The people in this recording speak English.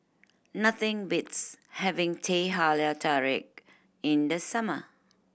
nothing beats having Teh Halia Tarik in the summer